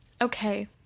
okay